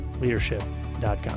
leadership.com